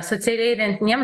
socialiai remtiniem